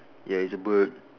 ya it's a bird